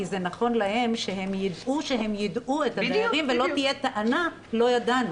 כי זה נכון להם שהם ידעו שהם יידעו את הבעלים ולא תהיה טענה "לא ידענו".